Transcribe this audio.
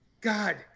God